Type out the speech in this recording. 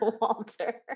Walter